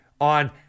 on